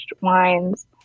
wines